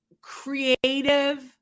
creative